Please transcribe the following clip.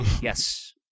Yes